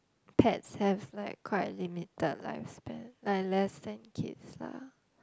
pets have like quite a limited lifespan like less than kids lah